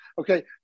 okay